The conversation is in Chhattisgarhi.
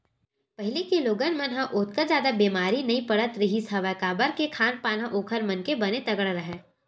पहिली के लोगन मन ह ओतका जादा बेमारी नइ पड़त रिहिस हवय काबर के खान पान ह ओखर मन के बने तगड़ा राहय